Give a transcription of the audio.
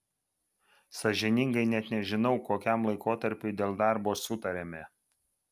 sąžiningai net nežinau kokiam laikotarpiui dėl darbo sutarėme